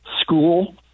school